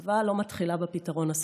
הזוועה לא התחילה בפתרון הסופי.